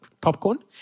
popcorn